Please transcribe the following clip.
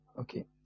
Okay